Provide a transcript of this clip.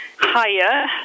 higher